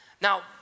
Now